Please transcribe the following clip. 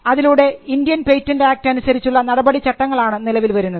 അതിലൂടെ Indian patent act അനുസരിച്ചുള്ള നടപടി ചട്ടങ്ങളാണ് നിലവിൽ വരുന്നത്